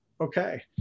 Okay